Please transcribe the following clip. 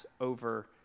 over